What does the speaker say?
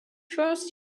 first